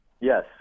yes